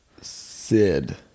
Sid